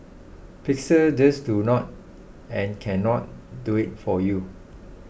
Pixels just do not and cannot do it for you